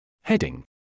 Heading